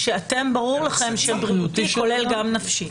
כשברור לכם שבריאותי כולל גם נפשי?